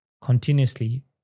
continuously